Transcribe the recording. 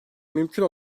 mümkün